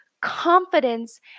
confidence